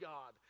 God